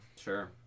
Sure